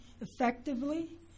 effectively